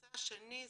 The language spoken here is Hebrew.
נושא שני,